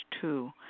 two